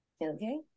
okay